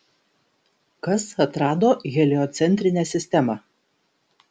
kas atrado heliocentrinę sistemą